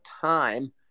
time